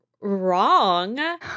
wrong